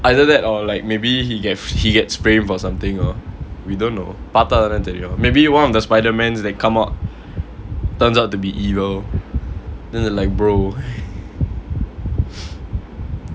either that or like maybe he get he gets brave or something lor we don't know பாத்தாதா தெரியும்:paathathaa theriyum maybe one of the spiderman that come out turns out to be evil then like bro